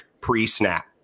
pre-snap